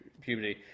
puberty